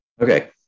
Okay